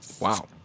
Wow